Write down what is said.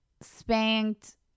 spanked